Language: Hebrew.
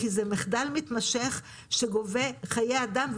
כי זה מחדל מתמשך שגובה חיי אדם,